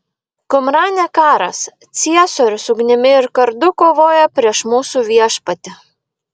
kumrane karas ciesorius ugnimi ir kardu kovoja prieš mūsų viešpatį